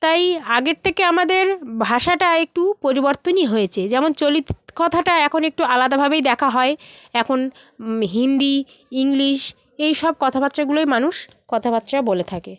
তাই আগের থেকে আমাদের ভাষাটা একটু পরিবর্তনই হয়েছে যেমন চলিত কথাটা এখন একটু আলাদাভাবেই দেখা হয় এখন হিন্দি ইংলিশ এই সব কথাবার্তাগুলোই মানুষ কথাবার্তা বলে থাকে